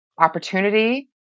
opportunity